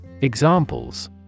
Examples